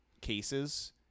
cases